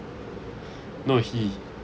no he